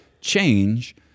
change